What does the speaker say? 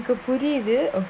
புரியுது:puriuthu